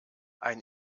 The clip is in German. ein